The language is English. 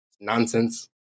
nonsense